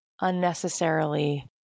unnecessarily